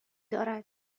دارد